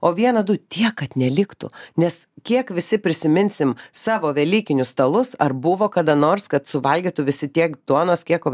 o vieną du tiek kad neliktų nes kiek visi prisiminsim savo velykinius stalus ar buvo kada nors kad suvalgytų visi tiek duonos kiek